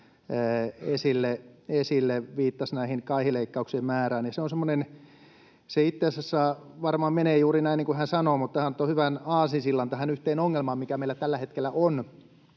esille, viittasi kaihileikkauksien määrään. Se itse asiassa varmaan menee juuri näin niin kuin hän sanoo, mutta hän antoi hyvän aasinsillan tähän yhteen ongelmaan, mikä meillä tällä hetkellä on